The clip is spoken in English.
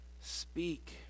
Speak